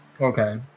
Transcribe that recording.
okay